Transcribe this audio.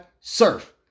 surf